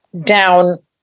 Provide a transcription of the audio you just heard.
down